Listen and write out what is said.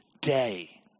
day